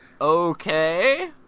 Okay